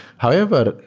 however,